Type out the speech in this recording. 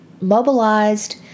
mobilized